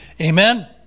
Amen